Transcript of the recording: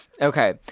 Okay